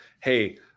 Hey